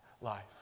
life